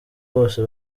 bose